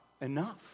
enough